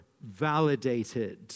validated